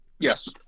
Yes